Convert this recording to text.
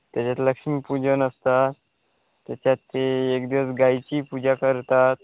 त्याच्यात लक्ष्मीपूजन असतं त्याच्यात ते एक दिवस गाईची पूजा करतात